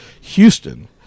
Houston